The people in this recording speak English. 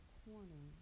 corner